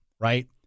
right